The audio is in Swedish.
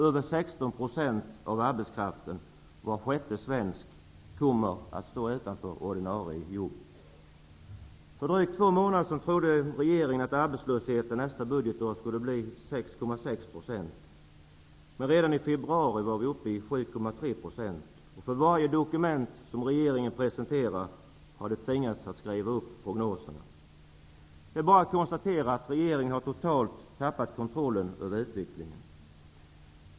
Över 16 % av arbetskraften, var sjätte svensk, kommer att stå utan ett ordinarie jobb. För drygt två månader sedan trodde regeringen att arbetslösheten nästa budgetår skulle bli 6,6 %. Redan i februari var vi uppe i 7,3 %. För varje dokument regeringen har presenterat har man tvingats att skriva upp prognosen. Det är bara att konstatera att regeringen totalt har tappat kontrollen över utvecklingen.